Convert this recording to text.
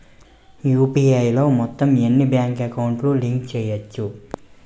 UPI లో మొత్తం ఎన్ని బ్యాంక్ అకౌంట్ లు లింక్ చేయచ్చు?